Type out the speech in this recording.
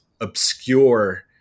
obscure